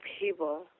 people